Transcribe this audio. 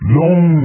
long